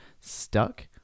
stuck